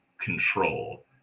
control